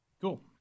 cool